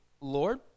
Lord